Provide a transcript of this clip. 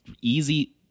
easy